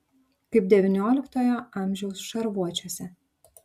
kaip devynioliktojo amžiaus šarvuočiuose